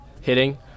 hitting